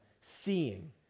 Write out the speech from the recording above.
seeing